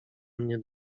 mnie